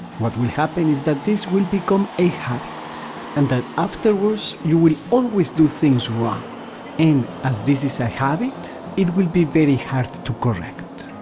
what will happen is that this will become a habit and then afterwards you will always do things wrong and as this is a habit, it will be very hard to correct.